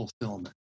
fulfillment